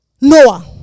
Noah